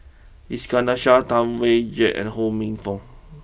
Iskandar Shah Tam Wai Jia and Ho Minfong